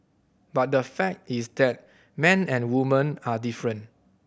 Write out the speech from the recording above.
but the fact is that men and women are different